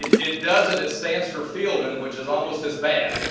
it it doesn't. it stands for fieldon, which is almost as bad.